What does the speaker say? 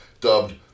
dubbed